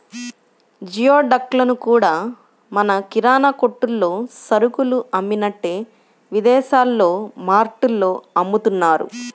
geoduck లను కూడా మన కిరాణా కొట్టుల్లో సరుకులు అమ్మినట్టే విదేశాల్లో మార్టుల్లో అమ్ముతున్నారు